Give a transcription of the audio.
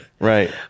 Right